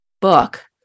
book